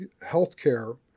healthcare